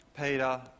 Peter